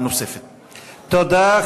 תודה.